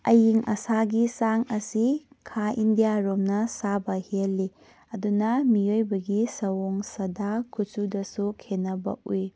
ꯑꯌꯤꯡ ꯑꯁꯥꯒꯤ ꯆꯥꯡ ꯑꯁꯤ ꯈꯥ ꯏꯟꯗꯤꯌꯥꯔꯣꯝꯅ ꯁꯥꯕ ꯍꯦꯜꯂꯤ ꯑꯗꯨꯅ ꯃꯤꯑꯣꯏꯕꯒꯤ ꯁꯑꯣꯡ ꯁꯥꯗ ꯀꯨꯆꯨꯗꯁꯨ ꯈꯦꯠꯅꯕ ꯎꯏ